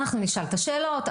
אנחנו נשאל את השאלות,